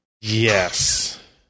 Yes